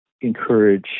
encourage